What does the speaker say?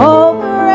over